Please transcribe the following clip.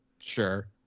Sure